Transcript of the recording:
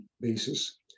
basis